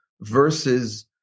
versus